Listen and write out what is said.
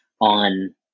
on